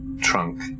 trunk